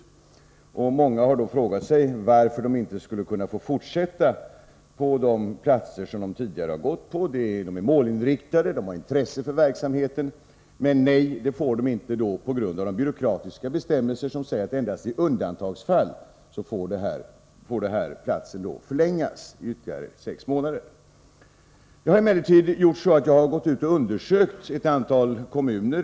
Många ungdomar har frågat sig varför de inte skulle kunna få fortsätta på de platser som de tidigare gått på. De är målinriktade, de har intresse för verksamheten. Men nej, de får inte fortsätta på grund av de byråkratiska bestämmelser som säger att platsen endast i undantagsfall får förlängas ytterligare sex månader. Jag har emellertid gjort så att jag undersökt förhållandena i ett antal kommuner.